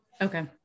Okay